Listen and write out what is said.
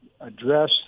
address